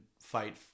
fight